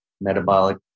metabolic